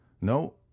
No